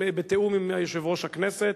בתיאום עם יושב-ראש הכנסת,